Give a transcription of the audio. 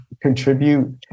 contribute